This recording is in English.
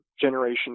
generation